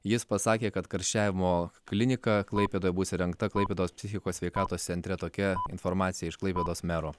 jis pasakė kad karščiavimo klinika klaipėdoje bus įrengta klaipėdos psichikos sveikatos centre tokia informacija iš klaipėdos mero